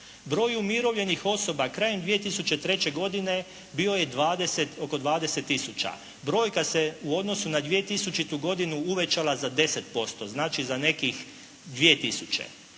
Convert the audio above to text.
Broj umirovljenih osoba krajem 2003. godine bio je oko 20000. Brojka se u odnosu na 2000. godinu uvećala za 10%, znači za nekih 2000.